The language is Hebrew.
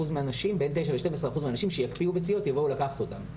מהנשים שיקפיאו ביציות יבואו לקחת אותן.